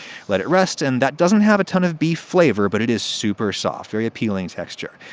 let it rest, and that doesn't have a ton of beef flavor, but it is super soft. very appealing texture.